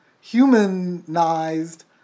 humanized